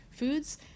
foods